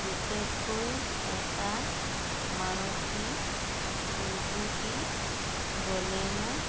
বিশেষকৈ এটা Maruti Suzuki Baleno